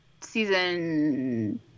season